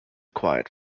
quiet